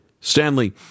Stanley